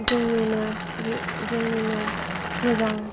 जोंनिनो बे जोंनिनो मोजां